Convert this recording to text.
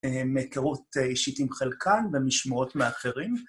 מהכירות אישית עם חלקן ומשמועות מאחרים.